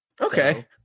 Okay